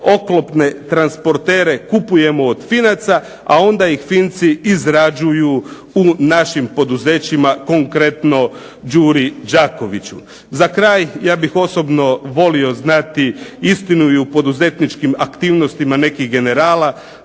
oklopne transportere kupujemo od Finaca, a onda ih Finci izrađuju u našim poduzećima, konkretno "Đuri Đakoviću". Za kraj, ja bih osobno volio znati istinu i u poduzetničkim aktivnostima nekih generala.